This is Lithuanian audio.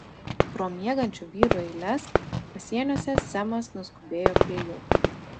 pro miegančių vyrų eiles pasieniuose semas nuskubėjo prie jų